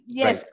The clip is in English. yes